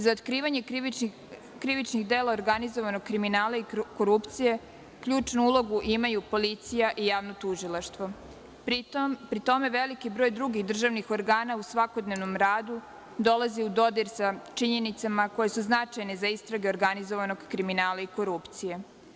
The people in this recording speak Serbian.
Za otkrivanje krivičnih dela organizovanog kriminala i korupcije ključnu ulogu imaju policija i javno tužilaštvo, pri tom veliki broj drugih državnih organa u svakodnevnom radu dolazi u dodir sa činjenicom koja su značajna za istrage organizovanog kriminala i korupcije.